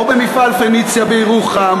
או במפעל "פניציה" בירוחם,